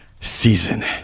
season